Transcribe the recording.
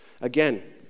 Again